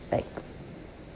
like